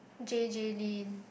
J_J-Lin